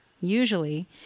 Usually